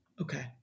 Okay